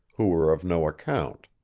who were of no account.